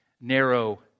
narrow